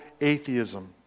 atheism